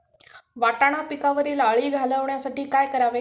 वाटाणा पिकावरील अळी घालवण्यासाठी काय करावे?